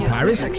Paris